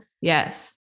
Yes